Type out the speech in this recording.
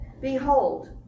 behold